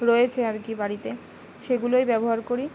রয়েছে আর কি বাড়িতে সেগুলোই ব্যবহার করি